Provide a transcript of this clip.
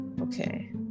Okay